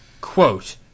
Quote